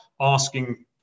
asking